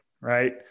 right